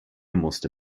musste